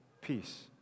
peace